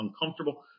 uncomfortable